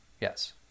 Yes